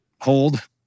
hold